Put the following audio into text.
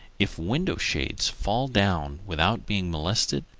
if window-shades fall down without being molested,